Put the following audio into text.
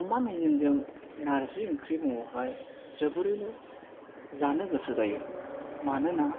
अमा मेजेमजों नार्जि ओंख्रि निफ्राय जोबोरैनो जानो गोसो जायो मानोना